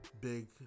big